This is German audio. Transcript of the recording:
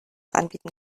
anbieten